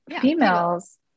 Females